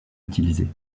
utilisés